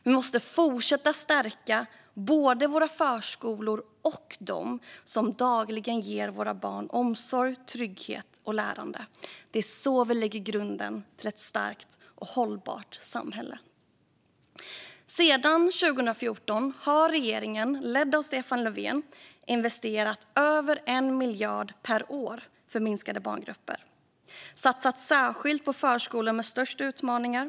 Vi måste fortsätta stärka både våra förskolor och dem som dagligen ger våra barn omsorg, trygghet och lärande. Det är så vi lägger grunden till ett starkt och hållbart samhälle. Sedan 2014 har regeringen, ledd av Stefan Löfven, investerat över 1 miljard per år för minskade barngrupper och satsat särskilt på förskolor med störst utmaningar.